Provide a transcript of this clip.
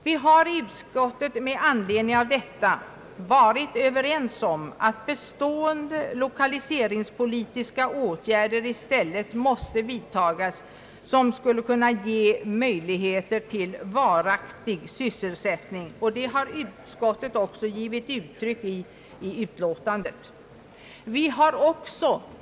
Vi har i utskottet med anledning härav varit ense om att bestående lokaliseringspolitiska åtgärder i stället måste vidtagas för att ge möjligheter till varaktig sysselsättning. Detta har utskottet också gett uttryck åt i utlåtandet.